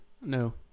No